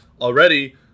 already